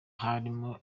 harimo